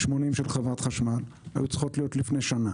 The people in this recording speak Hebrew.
80 של חברת חשמל היו צריכות להיות לפני שנה.